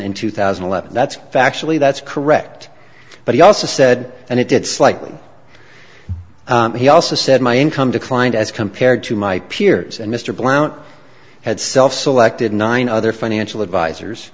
and two thousand and eleven that's factually that's correct but he also said and it did slightly he also said my income declined as compared to my peers and mr blount had self selected nine other financial advisors